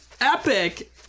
Epic